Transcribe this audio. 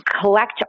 collect